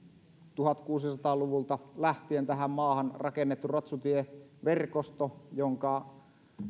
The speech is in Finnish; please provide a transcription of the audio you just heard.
tuhatkuusisataa luvulta lähtien tähän maahan rakennettu ratsutieverkosto jonka